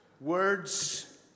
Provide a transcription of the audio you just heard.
Words